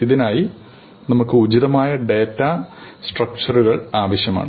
ഇതിനായി നമുക്ക് ഉചിതമായ ഡാറ്റ സ്ട്രക്ടറുകൾ ആവശ്യമാണ്